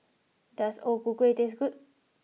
does o ku kueh taste good